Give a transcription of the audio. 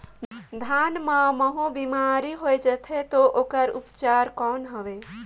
धान मां महू बीमारी होय जाथे तो ओकर उपचार कौन हवे?